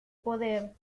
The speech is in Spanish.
poder